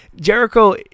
Jericho